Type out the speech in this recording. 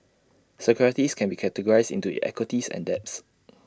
securities can be categorized into equities and debts